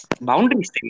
Boundaries